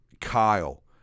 Kyle